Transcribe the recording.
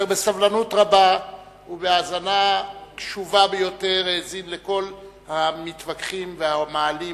אשר בסבלנות רבה ובהאזנה קשובה ביותר האזין לכל המתווכחים והמעלים